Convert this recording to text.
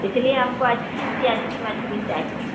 اس لیے ہم کو اچھی سی اچھی مچھلی چاہیے